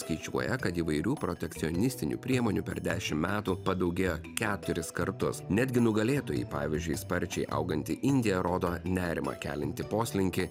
skaičiuoja kad įvairių protekcionistinių priemonių per dešim metų padaugėjo keturis kartus netgi nugalėtojai pavyzdžiui sparčiai auganti indija rodo nerimą keliantį poslinkį